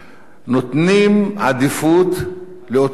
נותנים עדיפות לאותו צוות,